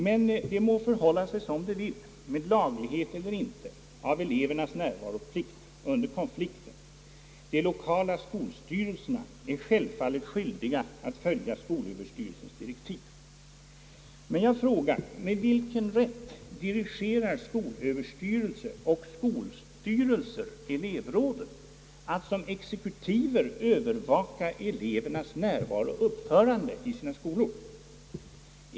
Men det må förhålla sig som det vill med laglighet eller inte av kravet på elevernas närvaro i skolorna under konflikten. De lokala skolstyrelserna är självfallet skyldiga att följa skolöverstyrelsens direktiv. Men jag frågar: Med vilken rätt dirigerar skolöverstyrelsen och skolstyrelser elevråden att som exekutiver övervaka elevernas närvaro och uppförande i skolorna?